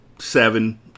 seven